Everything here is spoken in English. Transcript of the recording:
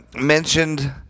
mentioned